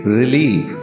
relief